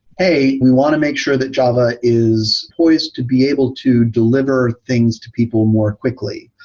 hey! we want to make sure that java is poised to be able to delivery things to people more quickly.